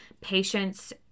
patients